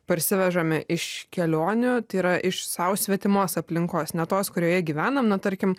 parsivežame iš kelionių tai yra iš sau svetimos aplinkos ne tos kurioje gyvenam na tarkim